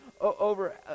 over